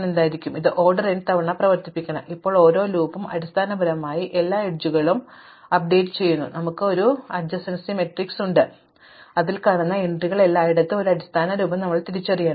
അതിനാൽ ഇത് order n തവണ പ്രവർത്തിപ്പിക്കണം ഇപ്പോൾ ഓരോ ലൂപ്പും അടിസ്ഥാനപരമായി എല്ലാ അരികുകളും അന്ധമായി അപ്ഡേറ്റുചെയ്യുന്നു അതിനാൽ ഞങ്ങൾക്ക് ഒരു സമീപസ്ഥ മാട്രിക്സ് ഉണ്ട് ഞങ്ങൾ ഒരു എൻട്രി കാണുന്നിടത്തെല്ലാം എല്ലായിടത്തും ഒരേയൊരു അടിസ്ഥാന രൂപം ഞങ്ങൾ തിരിച്ചറിയണം